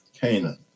Canaan